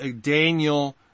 Daniel